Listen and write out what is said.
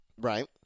Right